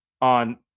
on